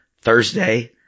Thursday